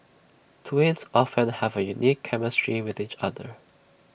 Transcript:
twins often have A unique chemistry with each other